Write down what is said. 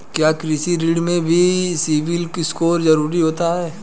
क्या कृषि ऋण में भी सिबिल स्कोर जरूरी होता है?